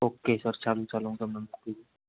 okay sir ચાલો ચાલો હું તમને મૂકું